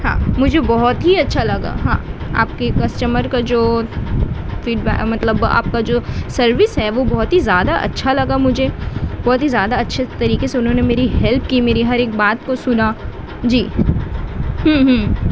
ہاں مجھے بہت ہی اچھا لگا ہاں آپ کے کسٹمر کا جو فیڈبیک مطلب آپ کا جو سروس ہے وہ بہت ہی زیادہ اچھا لگا مجھے بہت ہی زیادہ اچھے طریقے سے انہوں نے میری ہیلپ کی میری ہر ایک بات کو سنا جی